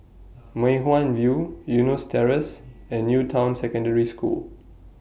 Mei Hwan View Eunos Terrace and New Town Secondary School